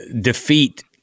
defeat